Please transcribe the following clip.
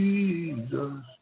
Jesus